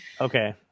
Okay